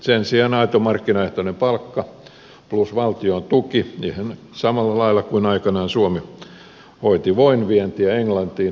sen sijaan eri asia on aito markkinaehtoinen palkka plus valtion tuki ihan samalla lailla kuin aikanaan suomi hoiti voin vientiä englantiin